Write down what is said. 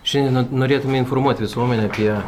šiandien norėtume informuot visuomenę apie